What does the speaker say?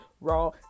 raw